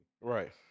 Right